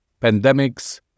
pandemics